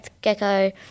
gecko